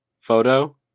photo